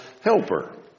helper